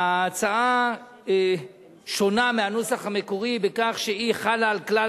ההצעה שונה מהנוסח המקורי בכך שהיא חלה על כלל